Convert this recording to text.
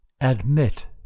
ADMIT